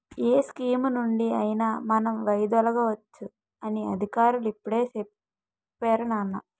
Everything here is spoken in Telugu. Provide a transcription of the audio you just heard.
ఏ స్కీమునుండి అయినా మనం వైదొలగవచ్చు అని అధికారులు ఇప్పుడే చెప్పేరు నాన్నా